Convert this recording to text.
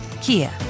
Kia